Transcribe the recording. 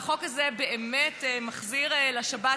והחוק הזה באמת מחזיר לשבת,